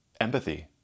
empathy